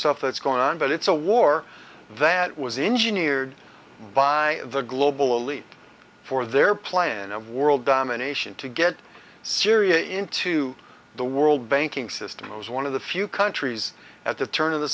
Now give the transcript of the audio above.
stuff that's going on but it's a war that was engineered by the global elite for their plan of world domination to get syria into the world banking system it was one of the few countries at the turn of the